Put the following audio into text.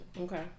Okay